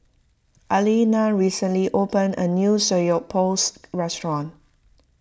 Elena recently opened a new Samgyeopsal restaurant